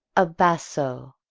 a basso,